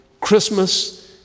Christmas